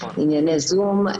ענייני זום,